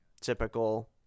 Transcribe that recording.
typical